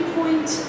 Point